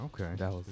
Okay